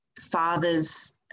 fathers